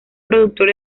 productor